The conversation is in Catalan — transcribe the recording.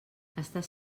estàs